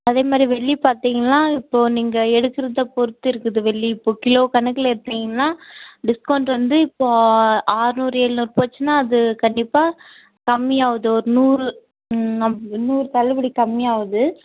அதேமாதிரி வெள்ளி பார்த்தீங்கள்னா இப்போது நீங்கள் எடுக்கிறத பொறுத்து இருக்குது வெள்ளி இப்போது கிலோ கணக்கில் எடுத்தீங்கன்னால் டிஸ்கவுண்ட் வந்து இப்போது அறுநூறு எழுநூறு போச்சுன்னால் அது கண்டிப்பாக கம்மியாகுது ஒரு நூறு அ நூறு தள்ளுபடி கம்மியாகுது